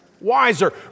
wiser